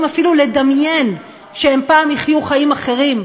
אפילו לדמיין שהם פעם יחיו חיים אחרים,